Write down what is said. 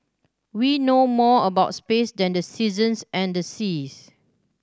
we know more about space than the seasons and the seas